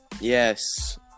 Yes